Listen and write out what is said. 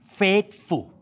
faithful